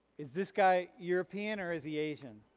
is this guy european or is he asian?